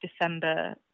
December